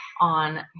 on